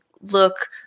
look